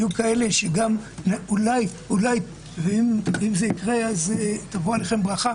יהיו כאלה שאולי אולי אם זה יקרה תבוא עליכם הברכה